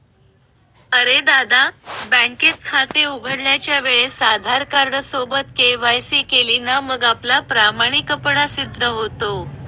अरे दादा, बँकेत खाते उघडण्याच्या वेळेस आधार कार्ड सोबत के.वाय.सी केली ना मग आपला प्रामाणिकपणा सिद्ध होतो